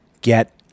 Get